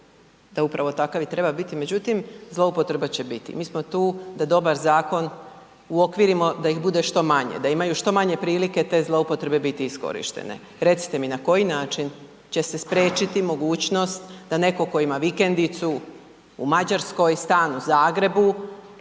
da upravo takav i treba biti međutim, zloupotreba će biti. Mi smo tu da dobar zakon uokvirimo da ih bude što manje, da imaju što manje prilike te zloupotrebe biti iskorištene. Recite mi na koji način će se spriječiti mogućnost da netko tko ima vikendicu u Mađarskoj, stan u Zagrebu,